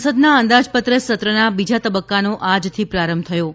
સંસદના અંદાજપત્ર સત્રના બીજા તબક્કાનો આજથી પ્રારંભ થયો છે